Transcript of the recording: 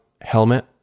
helmet